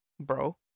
Bro